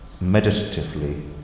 meditatively